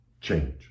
Change